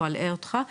לא אלאה אותך,